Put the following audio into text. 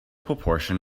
proportion